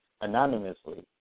anonymously